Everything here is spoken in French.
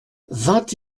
vingt